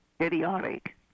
idiotic